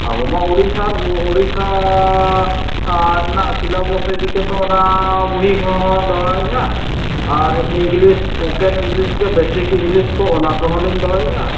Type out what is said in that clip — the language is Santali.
ᱟᱵᱚᱢᱟ ᱩᱲᱤᱥᱟ ᱳᱲᱤᱥᱥᱟᱻ ᱨᱮᱱᱟᱜ ᱥᱤᱞᱟᱵᱳᱥ ᱤᱫᱤ ᱠᱟᱛᱮᱫ ᱚᱱᱟ ᱵᱳᱭ ᱠᱚᱦᱚᱸ ᱫᱚᱦᱚᱭᱮᱫᱼᱟ ᱟᱨ ᱤᱝᱜᱽᱞᱤᱥ ᱯᱳᱠᱮᱱ ᱤᱝᱜᱽᱞᱤᱥ ᱠᱮ ᱵᱮᱥᱤᱠ ᱤᱝᱜᱽᱞᱤᱥ ᱠᱚ ᱚᱱᱟ ᱠᱚᱦᱚᱸᱞᱤᱧ ᱫᱚᱦᱚᱭᱮᱫᱼᱟ